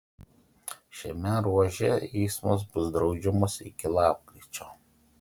šiame ruože eismas bus draudžiamas iki lapkričio